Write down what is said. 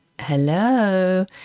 Hello